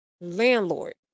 landlord